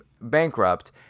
bankrupt